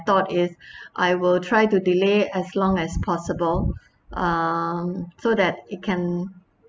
thought is I will try to delay as long as possible uh so that it can